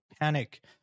panic